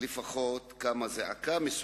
לפחות קמה זעקה כלשהי